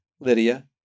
Lydia